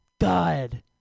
God